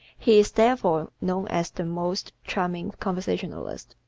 he is therefore known as the most charming conversationalist.